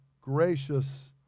gracious